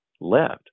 left